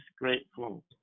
grateful